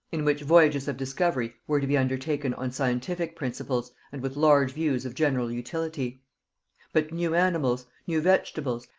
in which voyages of discovery were to be undertaken on scientific principles and with large views of general utility but new animals, new vegetables,